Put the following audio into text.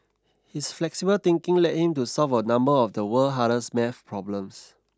his flexible thinking led him to solve a number of the world's hardest math problems